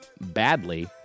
badly